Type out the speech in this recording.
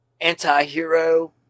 anti-hero